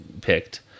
picked